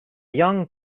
young